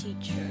teacher